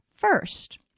first